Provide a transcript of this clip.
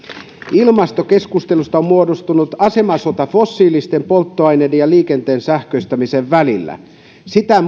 ilmastokeskustelusta on muodostunut asemasota fossiilisten polttoaineiden ja liikenteen sähköistämisen välillä sitä